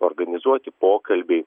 organizuoti pokalbiai